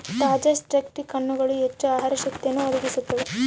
ತಾಜಾ ಚೆಸ್ಟ್ನಟ್ ಹಣ್ಣುಗಳು ಹೆಚ್ಚು ಆಹಾರ ಶಕ್ತಿಯನ್ನು ಒದಗಿಸುತ್ತವೆ